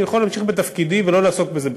אני יכול להמשיך בתפקידי ולא לעסוק בזה בכלל,